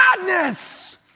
Madness